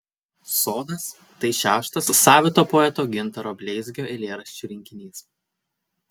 sodas tai šeštas savito poeto gintaro bleizgio eilėraščių rinkinys